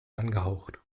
angehaucht